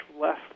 less